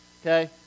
Okay